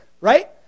right